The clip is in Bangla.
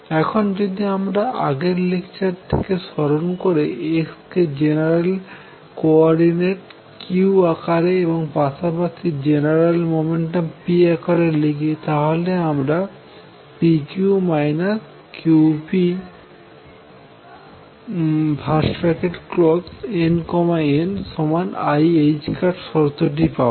এখন যদি আমরা আগের লেকচার থেকে স্মরন করে x কে জেনারেল কো অরডিনেট q আকারে এবং পাশাপাশি জেনারেল মোমেন্টাম p লিখি তাহলে আমরা n n i ℏশর্তটি পাবো